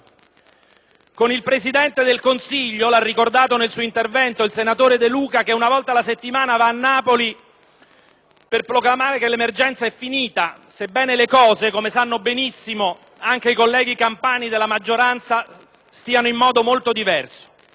con il Presidente del Consiglio, l'ha ricordato nel suo intervento il senatore De Luca, che una volta alla settimana va a Napoli per proclamare che l'emergenza è finita sebbene le cose, come sanno benissimo anche i colleghi campani della maggioranza, stiano in modo molto diverso.